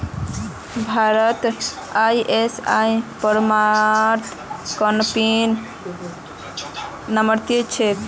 भारतत आई.एस.ओ प्रमाणित कंपनी नाममात्रेर छेक